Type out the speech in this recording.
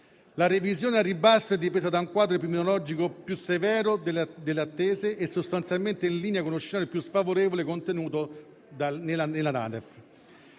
La revisione al ribasso è dipesa da un quadro epidemiologico più severo delle attese e sostanzialmente in linea con lo scenario più sfavorevole contenuto nella NADEF.